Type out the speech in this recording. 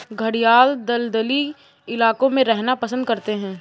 घड़ियाल दलदली इलाकों में रहना पसंद करते हैं